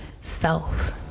self